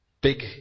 big